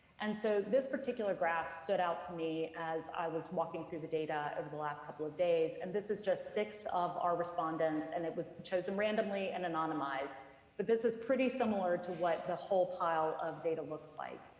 and so this particular graph stood out to me as i was walking through the data over the last couple of days, and this is just six of our respondents, and it was chosen randomly and anonymized, but this is pretty similar to what the whole pile of data looks like.